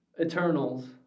Eternals